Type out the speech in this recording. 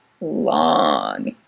long